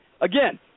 Again